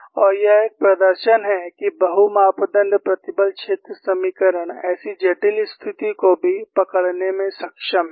और यह एक प्रदर्शन है कि बहु मापदण्ड प्रतिबल क्षेत्र समीकरण ऐसी जटिल स्थिति को भी पकड़ने में सक्षम हैं